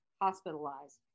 hospitalized